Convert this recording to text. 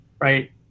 right